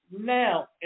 now